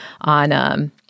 on